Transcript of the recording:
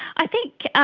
i think